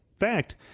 fact